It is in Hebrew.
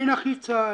אני נכה צה"ל,